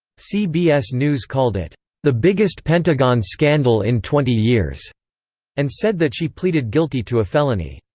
cbs news called it the biggest pentagon scandal in twenty years and said that she pleaded guilty to a felony.